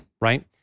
right